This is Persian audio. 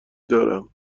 دارم